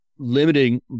limiting